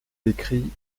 écrit